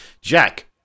Jack